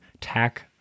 tack